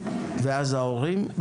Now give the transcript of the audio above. ואז ההורים,